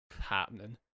happening